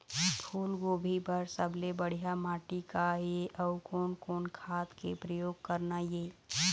फूलगोभी बर सबले बढ़िया माटी का ये? अउ कोन कोन खाद के प्रयोग करना ये?